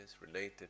related